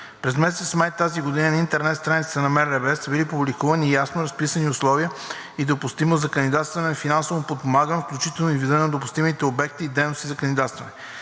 През месец май тази година на интернет страницата на Министерството са били публикувани ясно разписани условия и допустимост за кандидатстване за финансово подпомагане, включително и видът на допустимите обекти и дейности. Сред изискванията